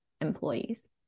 employees